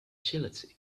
jealousy